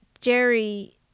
Jerry